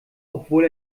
obwohl